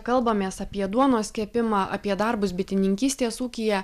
kalbamės apie duonos kepimą apie darbus bitininkystės ūkyje